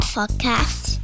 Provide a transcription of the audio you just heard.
Podcast